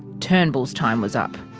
turnbull's time was up.